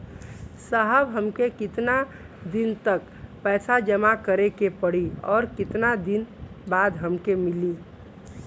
साहब हमके कितना दिन तक पैसा जमा करे के पड़ी और कितना दिन बाद हमके मिली?